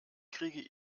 kriege